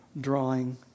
drawing